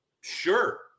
sure